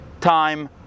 time